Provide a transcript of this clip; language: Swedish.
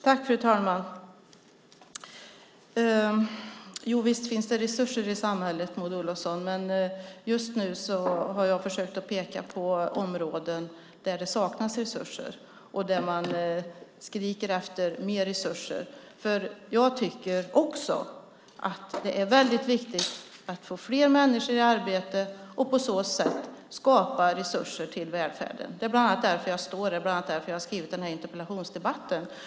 Fru talman! Visst finns det resurser i samhället, Maud Olofsson, men just nu har jag försökt att peka på områden där det saknas resurser och där man skriker efter mer resurser. Jag tycker också att det är väldigt viktigt att få fler människor i arbete och på så sätt skapa resurser till välfärden. Det är bland annat därför jag står här. Det är bland annat därför jag har skrivit den här interpellationen.